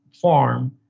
form